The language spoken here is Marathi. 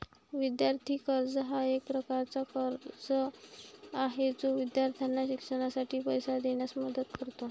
विद्यार्थी कर्ज हा एक प्रकारचा कर्ज आहे जो विद्यार्थ्यांना शिक्षणासाठी पैसे देण्यास मदत करतो